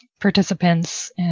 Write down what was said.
participants